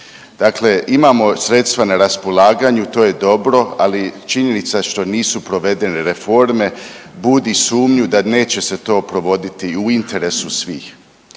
Dakle, imamo sredstva na raspolaganju to je dobro, ali činjenica što nisu provedene reforme, budi sumnju da neće se to provoditi i u interesu svih.